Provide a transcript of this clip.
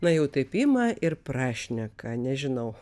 na jau taip ima ir prašneka nežinau